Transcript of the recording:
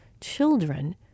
children